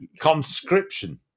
conscription